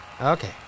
Okay